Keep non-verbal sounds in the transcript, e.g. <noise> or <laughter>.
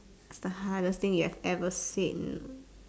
the hardest thing you have ever said <noise>